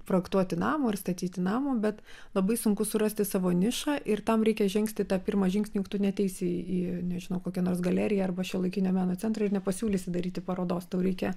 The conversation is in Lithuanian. projektuoti namo ar statyti namo bet labai sunku surasti savo nišą ir tam reikia žengti tą pirmą žingsnį juk tu neateisi į nežinau kokią nors galeriją arba šiuolaikinio meno centrą ir nepasiūlysi daryti parodos tau reikia